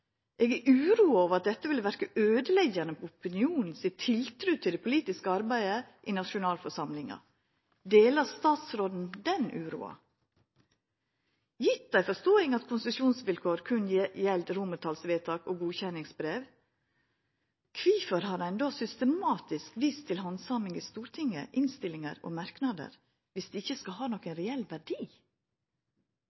Eg er uroa for at dette vil verka øydeleggjande på opinionen si tiltru til det politiske arbeidet i nasjonalforsamlinga. Deler statsråden den uroa? Gjeve den forståinga at konsesjonsvilkår berre gjeld romertalsvedtak og godkjenningsbrev, kvifor har ein då systematisk vist til handsaming i Stortinget, innstillingar og merknader, dersom det ikkje skal ha nokon